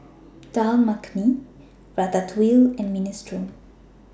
Dal Makhani Ratatouille and Minestrone